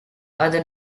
other